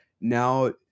now